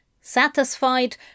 Satisfied